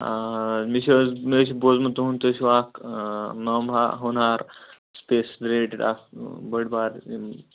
آ مےٚ چھُ حظ مےٚ چھُ بوٗزمُت تُہُنٛد تُہۍ ٲسٕو اکھ نامہا ہونہار سُپیس رِلیٹِڈ اکھ بٔڑۍ بار یِم